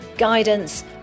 guidance